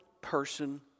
person